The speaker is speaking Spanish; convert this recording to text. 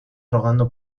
rogando